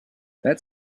that